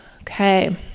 okay